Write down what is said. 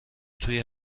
توی